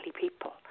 people